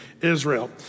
Israel